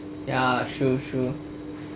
ya true true